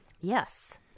Yes